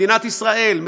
מדינת ישראל,